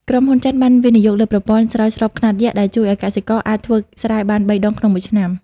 ក្រុមហ៊ុនចិនបានវិនិយោគលើប្រព័ន្ធស្រោចស្រពខ្នាតយក្ស ដែលជួយឱ្យកសិករអាចធ្វើស្រែបាន ៣ ដងក្នុងមួយឆ្នាំ។